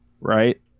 Right